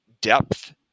depth